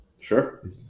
Sure